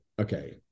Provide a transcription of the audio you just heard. Okay